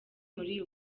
muri